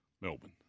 Melbourne